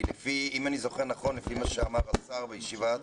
אם אני זוכר נכון, לפי מה שאמר השר בישיבה כאן,